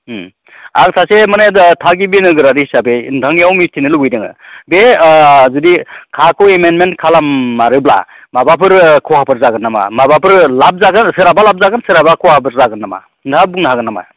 आं सासे माने थागिबि नोगोरारि हिसाबै नोंथांनियाव मिथिनो लुबैदों आरो बे जुदि काखौ एमेन्डेमेन्ट खालाममारोब्ला माबाफोर खहाफोर जागोन नामा माबाफोर लाब जागोन सोरहाबा लाब जागोन सोरहाबा खहाफोर जागोन नामा नोंथाङा बुंनो हागोन नामा